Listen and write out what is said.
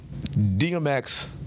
DMX